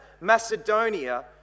Macedonia